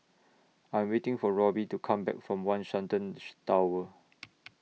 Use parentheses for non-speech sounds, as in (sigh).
I Am waiting For Robbie to Come Back from one Shenton (unintelligible) Tower